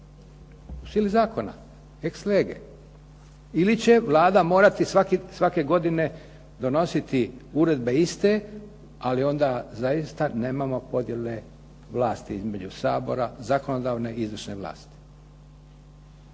po sili zakona, ex lege ili će Vlada morati svake godine donositi uredbe iste, ali onda zaista nemamo podjele vlasti između Sabora, zakonodavne i izvršne vlasti.